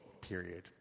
period